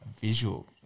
Visual